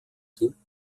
dienten